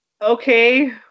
okay